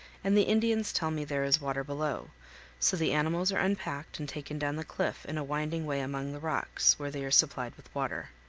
and the indians tell me there is water below so the animals are unpacked and taken down the cliff in a winding way among the rocks, where they are supplied with water.